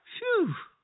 Phew